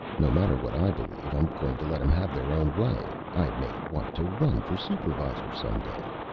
no matter what i believe i'm goin' to let em have their own way. i may want to run for supervisor some day.